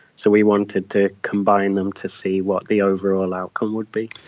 so we wanted to combine them to see what the overall outcome would be.